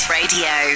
radio